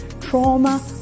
trauma